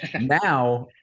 now